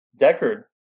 Deckard